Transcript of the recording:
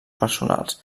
personals